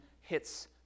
hits